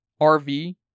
RV